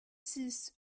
six